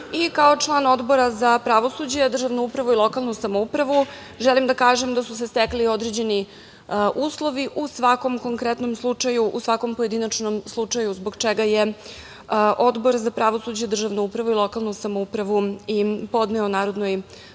Kao član Odbora za pravosuđe, državnu upravu i lokalnu samoupravu, želim da kažem da su se stekli određeni uslovi u svakom konkretnom slučaju, u svakom pojedinačnom slučaju, zbog čega je Odbor za pravosuđe, državnu upravu i lokalnu samoupravu i podneo Narodnoj skupštini